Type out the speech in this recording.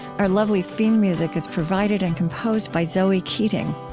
our lovely theme music is provided and composed by zoe keating.